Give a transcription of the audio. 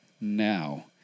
now